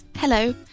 hello